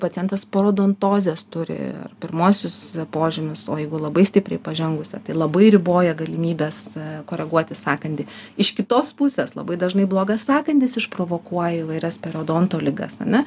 pacientas parodontozės turi ar pirmuosius požymius o jeigu labai stipriai pažengusią tai labai riboja galimybes koreguoti sąkandį iš kitos pusės labai dažnai blogas sąkandis išprovokuoja įvairias periodonto ligas ar ne